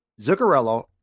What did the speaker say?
Zuccarello